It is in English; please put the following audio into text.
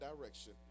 direction